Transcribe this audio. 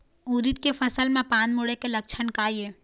उरीद के फसल म पान मुड़े के लक्षण का ये?